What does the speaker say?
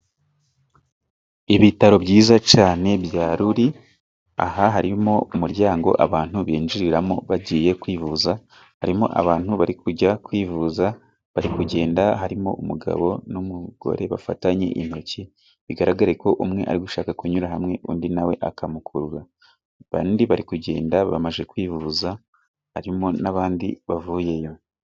Ibitaro byiza cyane bya Luri, aha harimo umuryango abantu binjiriramo bagiye kwivuza, harimo abantu bari kujya kwivuza bari kugenda, harimo umugabo n'umugore bafatanye intoki, bigaragare ko umwe ari gushaka kunyura hamwe, undi nawe akamukurura, bari kugenda bamaze kwivuza, harimo n'abandi bavuyeyo.